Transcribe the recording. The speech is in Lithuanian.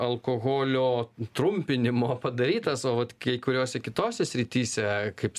alkoholio trumpinimo padarytas o vat kai kuriose kitose srityse kaip